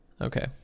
Okay